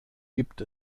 gibt